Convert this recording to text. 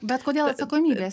bet kodėl atsakomybės